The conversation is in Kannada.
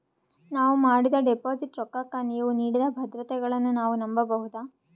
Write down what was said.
ನಾವು ಮಾಡಿದ ಡಿಪಾಜಿಟ್ ರೊಕ್ಕಕ್ಕ ನೀವು ನೀಡಿದ ಭದ್ರತೆಗಳನ್ನು ನಾವು ನಂಬಬಹುದಾ?